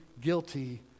guilty